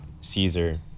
Caesar